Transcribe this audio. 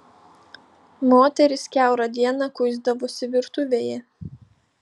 moterys kiaurą dieną kuisdavosi virtuvėje